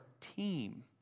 team